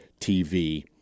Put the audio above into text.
TV